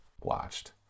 watched